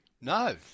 No